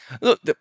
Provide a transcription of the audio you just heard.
Look